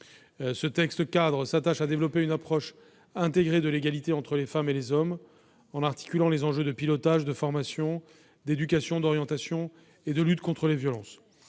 Ce texte-cadre s'attache à développer une approche intégrée de l'égalité entre les femmes et les hommes, en articulant les enjeux de pilotage de formation, d'éducation, d'orientation et de lutte contre les violences.